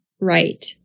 right